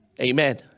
Amen